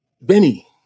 Benny